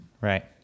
Right